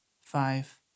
five